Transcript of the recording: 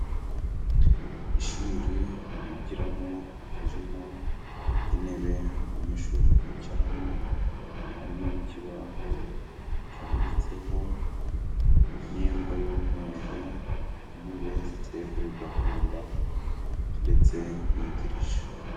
Ishuri bigiramo ririmo intebe abanyeshuri bicaramo, harimo n'ikibaho cyanditseho n'ingwa y'umweru, intebe ziteye kuri gahunda ndetse n'idirisha.